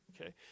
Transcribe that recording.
Okay